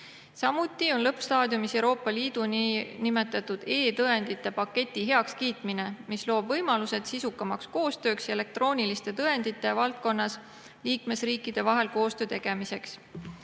Samuti on lõppstaadiumis Euroopa Liidu niinimetatud e-tõendite paketi heakskiitmine, mis loob võimalused sisukamaks koostööks elektrooniliste tõendite valdkonnas liikmesriikide vahel koostöö tegemiseks.